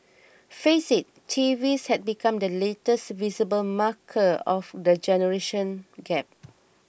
face it TVs have become the latest visible marker of the generation gap